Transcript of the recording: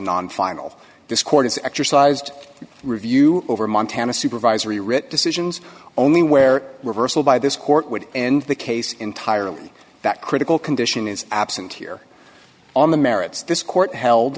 non final this court is exercised review over montana supervisory writ decisions only where reversal by this court would end the case entirely that critical condition is absent here on the merits this court held